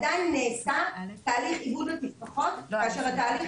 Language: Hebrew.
עדיין נעשה תהליך עיבוד לתפרחות כאשר תהליך